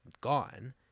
gone